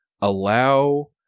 allow